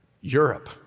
Europe